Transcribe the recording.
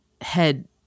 head